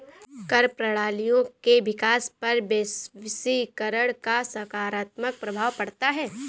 कर प्रणालियों के विकास पर वैश्वीकरण का सकारात्मक प्रभाव पढ़ता है